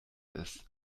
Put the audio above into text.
ist